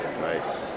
Nice